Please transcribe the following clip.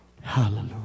Hallelujah